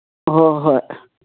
ꯑꯣ ꯍꯣꯏ